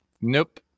Nope